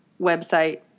website